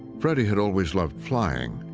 freddy had always loved flying.